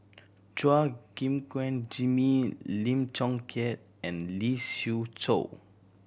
Chua Gim Guan Jimmy Lim Chong Keat and Lee Siew Choh